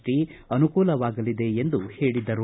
T ಅನುಕೂಲವಾಗಲಿದೆ ಎಂದು ಹೇಳಿದರು